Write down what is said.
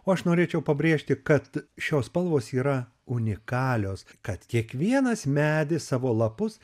o aš norėčiau pabrėžti kad šios spalvos yra unikalios kad kiekvienas medis savo lapus